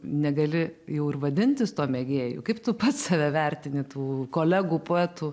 negali jau ir vadintis tuo mėgėju kaip tu pats save vertini tų kolegų poetų